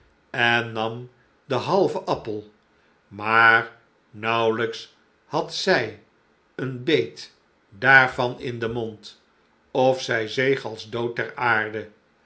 en nam den halven appel maar naauwelijks had zij een beet daarvan in den mond of zij zeeg als dood ter aarde